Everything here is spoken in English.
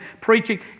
preaching